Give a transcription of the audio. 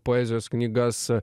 poezijos knygas